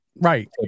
Right